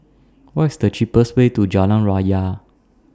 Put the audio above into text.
What IS The cheapest Way to Jalan Raya